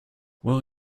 will